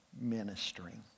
ministering